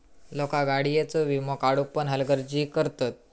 लोका गाडीयेचो वीमो काढुक पण हलगर्जी करतत